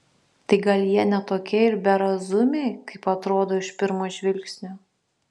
tai gal jie ne tokie ir berazumiai kaip atrodo iš pirmo žvilgsnio